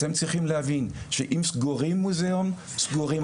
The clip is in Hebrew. אתם צריכים להבין שאם המוזיאונים סגורים,